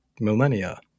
millennia